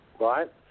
right